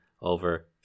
over